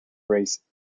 race